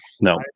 No